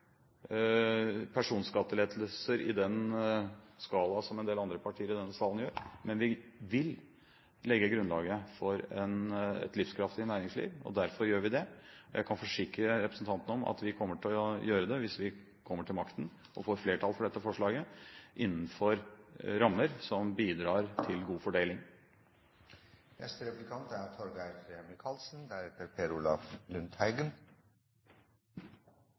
personskattelettelser i den skala som en del andre partier i denne salen gjør, men vi vil legge grunnlaget for et livskraftig næringsliv. Derfor gjør vi det. Jeg kan forsikre representanten om at vi kommer til å gjøre det hvis vi kommer til makten og får flertall for dette forslaget, innenfor rammer som bidrar til god